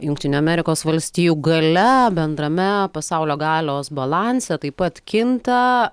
jungtinių amerikos valstijų galia bendrame pasaulio galios balanse taip pat kinta